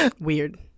Weird